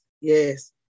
yes